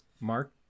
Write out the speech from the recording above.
Mark